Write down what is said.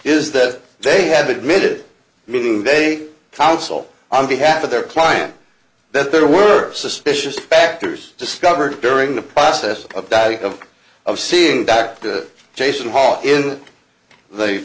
is that they have admitted meaning they counsel on behalf of their client that there were suspicious factors discovered during the process of dying of of seeing back to jason hall in the